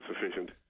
sufficient